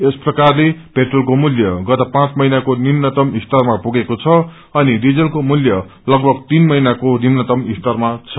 यस प्रकारले पेट्रोलको मूल्य गत पाँच महिनामा निम्नतम स्तरमा पुगेको छ अनि डिजलको मूल्य लगभग तीन महिनाको निम्नतम स्तरमा छ